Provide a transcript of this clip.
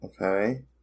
Okay